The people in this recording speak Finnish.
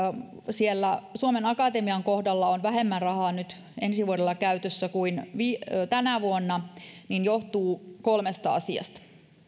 siellä suomen akatemian kohdalla on nyt vähemmän rahaa ensi vuodelle käytössä kuin tänä vuonna johtuu kolmesta asiasta